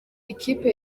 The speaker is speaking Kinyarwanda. ikipe